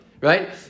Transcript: right